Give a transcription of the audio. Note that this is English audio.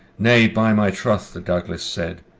nay, by my troth, the douglas said,